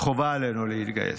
חובה עלינו להתגייס.